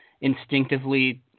instinctively